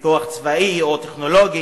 בכוח צבאי או טכנולוגי,